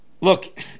look